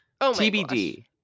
tbd